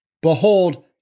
Behold